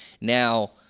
Now